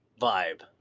vibe